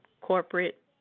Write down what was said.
corporate